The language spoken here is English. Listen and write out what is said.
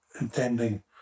intending